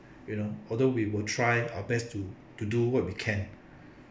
you know although we will try our best to to do what we can